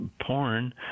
porn